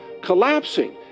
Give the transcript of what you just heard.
collapsing